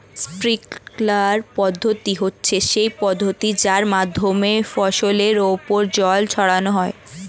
sprinkler পদ্ধতি হচ্ছে সেই পদ্ধতি যার মাধ্যমে ফসলের ওপর জল ছড়ানো হয়